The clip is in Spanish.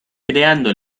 creando